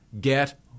get